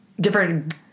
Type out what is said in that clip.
different